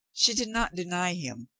she did not deny him,